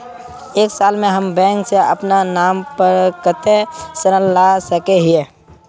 एक साल में हम बैंक से अपना नाम पर कते ऋण ला सके हिय?